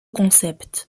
concept